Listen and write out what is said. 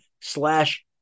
Slash